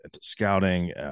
scouting